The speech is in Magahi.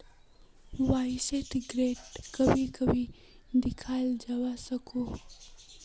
वाय्सायेत ग्रांट कभी कभी दियाल जवा सकोह